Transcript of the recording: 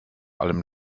allem